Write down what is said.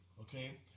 Okay